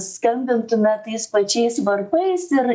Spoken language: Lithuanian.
skambintume tais pačiais varpais ir